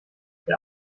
der